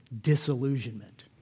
disillusionment